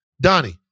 Donnie